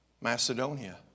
Macedonia